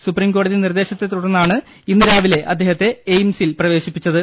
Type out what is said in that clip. സുപ്രീംകോടതി നിർദേശത്തെ തുടർന്നാണ് ഇന്നുരാവിലെ അദ്ദേഹത്തെ എയിംസിൽ പ്രവേശിപ്പിച്ചത്